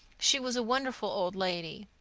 she was a wonderful old lady.